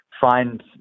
Find